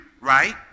right